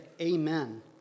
amen